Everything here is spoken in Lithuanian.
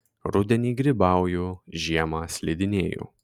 rudenį grybauju žiemą slidinėju